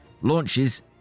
launches